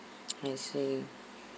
I see